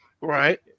right